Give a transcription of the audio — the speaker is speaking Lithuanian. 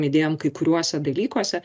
įdėjom kai kuriuose dalykuose